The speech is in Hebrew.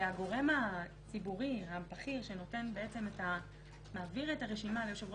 והגורם הציבורי הבכיר שמעביר את הרשימה ליושב-ראש